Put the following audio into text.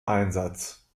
einsatz